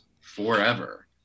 forever